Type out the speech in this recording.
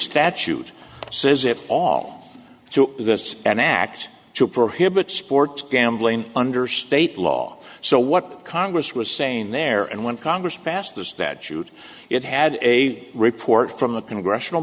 statute says it all so that's an act to prohibit sports gambling under state law so what congress was saying there and when congress passed the statute it had a report from the congressional